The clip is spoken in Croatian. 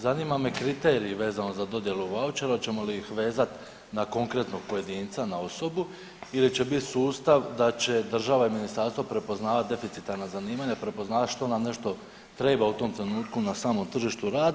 Zanima me kriteriji vezano za dodjelu vaučera hoćemo li ih vezati na konkretnog pojedinca na osobu ili će biti sustav da će država i ministarstvo prepoznavat deficitarna zanimanja, što nam nešto treba u tom trenutnu na samom tržištu rada.